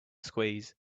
squeeze